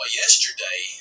yesterday